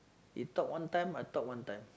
you talk one time I talk one time